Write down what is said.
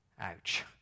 Ouch